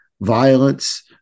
violence